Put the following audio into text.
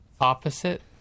opposite